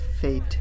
fate